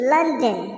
London